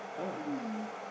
ah